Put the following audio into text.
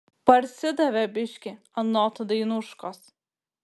parsidavė biškį anot dainuškos